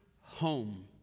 home